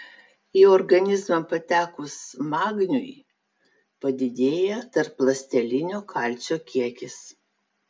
į organizmą patekus magniui padidėja tarpląstelinio kalcio kiekis